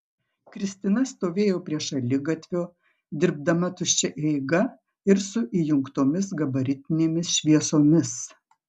kristina stovėjo prie šaligatvio dirbdama tuščia eiga ir su įjungtomis gabaritinėmis šviesomis